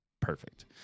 perfect